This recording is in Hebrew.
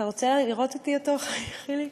אתה רוצה לראות אותו אתי, חיליק?